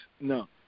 no